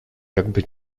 jakby